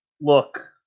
look